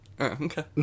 Okay